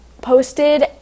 posted